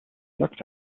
looked